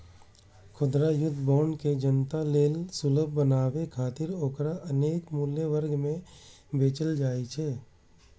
खुदरा युद्ध बांड के जनता लेल सुलभ बनाबै खातिर ओकरा अनेक मूल्य वर्ग मे बेचल जाइ छै